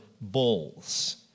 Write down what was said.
bulls